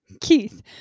Keith